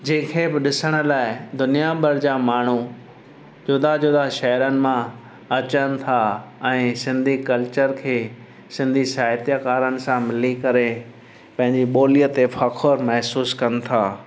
जंहिंखें बि ॾिसण लाइ दुनिया भर जा माण्हू जुदा जुदा शहरनि मां अचनि था ऐं सिंधी कल्चर खे सिंधी साहित्यकारनि सां मिली करे पंहिंजी ॿोलीअ ते फ़ख़्रु महिसूसु कनि था